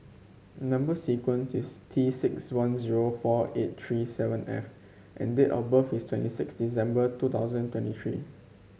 number sequence is T six one zero four eight three seven F and date of birth is twenty six December two thousand twenty three